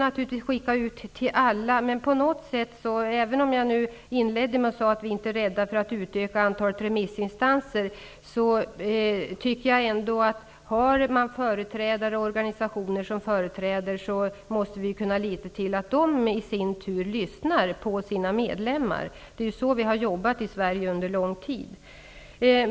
Naturligtvis kan vi skicka ut en inbjudan till alla dessa, men även om vi inte är rädda för att utöka antalet remissinstanser, tycker jag ändå att om klubbarna har organisationer som företräder dem, måste vi kunna lita på att dessa i sin tur lyssnar på sina medlemmar. Det är ju så vi har arbetat i Sverige sedan lång tid tillbaka.